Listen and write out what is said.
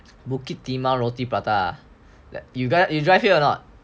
bukit timah roti prata you drive here or not